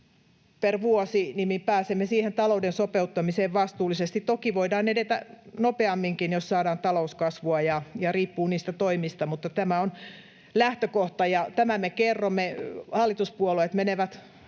per vuosi, niin pääsemme siihen talouden sopeuttamiseen vastuullisesti. Toki voidaan edetä nopeamminkin, jos saadaan talouskasvua, ja se riippuu niistä toimista, mutta tämä on lähtökohta ja tämän me kerromme. Hallituspuolueet menevät